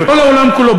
בכל העולם כולו,